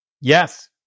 Yes